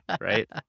Right